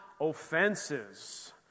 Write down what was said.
offenses